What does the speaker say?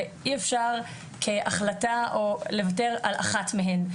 ואי אפשר כהחלטה לוותר על אחת מהן.